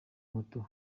moto